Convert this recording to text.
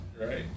Right